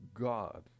God